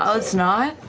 um let's not,